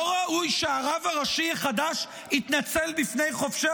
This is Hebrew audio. לא ראוי שהרב הראשי החדש יתנצל בפני חובשי